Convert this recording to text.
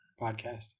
podcast